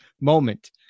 moment